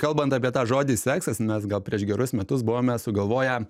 kalbant apie tą žodį seksas mes gal prieš gerus metus buvome sugalvoję